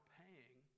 paying